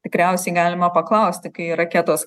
tikriausiai galima paklausti kai raketos